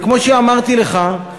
וכמו שאמרתי לך,